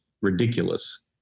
ridiculous